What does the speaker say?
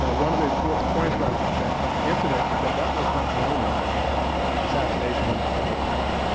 ah one of the important points about that incident is that that was not the only assassination in that window of time.